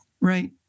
right